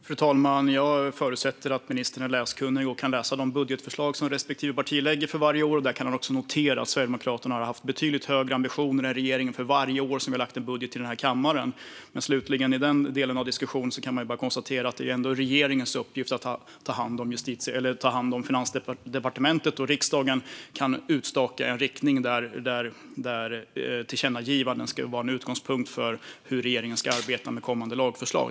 Fru talman! Jag förutsätter att ministern är läskunnig och kan läsa de budgetförslag som respektive parti lägger fram för varje år. Där kan han notera att vi sverigedemokrater har haft betydligt högre ambitioner än regeringen för varje år som vi lagt fram en budget för i den här kammaren. Slutligen i den delen av diskussionen kan man bara konstatera att det är regeringens uppgift att ta hand om Finansdepartementet. Riksdagen kan staka ut en riktning, där tillkännagivanden ska vara en utgångspunkt, för hur regeringen ska arbeta med kommande lagförslag.